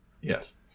yes